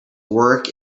work